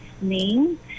name